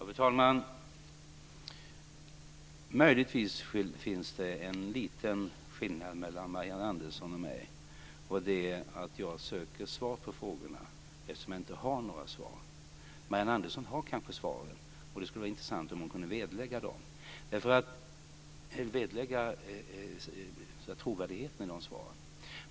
Fru talman! Möjligtvis finns det en liten skillnad mellan Marianne Andersson och mig, och det är att jag söker svar på frågorna, eftersom jag inte har några svar. Marianne Andersson har kanske svaren, och det skulle vara intressant om hon kunde belägga trovärdigheten i de svaren.